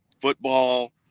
football